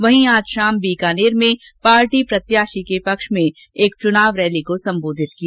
वहीं आज शाम बीकानेर में पार्टी प्रत्याशी के पक्ष में एक चुनावी रैली को संबोधित किया